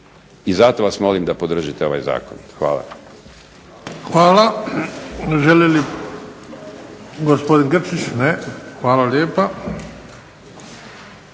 I zato vas molim da podržite ovaj zakon. Hvala. **Bebić, Luka (HDZ)** Hvala. Gospodin Grčić? Ne. hvala lijepa.